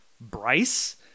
bryce